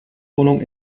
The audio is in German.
wohnung